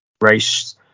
race